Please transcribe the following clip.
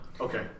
Okay